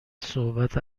صحبت